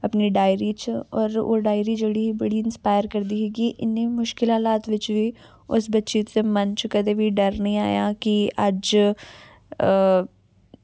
अपनी डायरी च होर ओह् डायरी जेह्ड़ी ही बड़ी इंस्पायर करदी ही की इन्ने मुश्कल हलात बिच्च बी उस बच्ची दे मन च कदें बी डर निं आया कि अज्ज